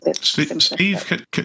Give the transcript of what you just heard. Steve